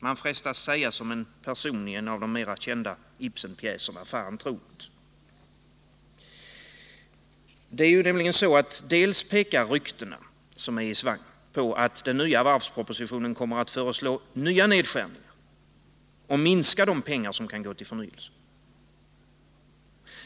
Man frestas säga som en person i en av de mera kända Ibsenpjäserna: ”Fan trot!” Dels pekar ryktena som är i svang på att det i den nya varvspropositionen kommer att föreslås nya nedskärningar, så att det blir mindre pengar som kan gå till förnyelse.